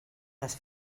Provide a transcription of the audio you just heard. les